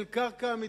של קרקע המדינה.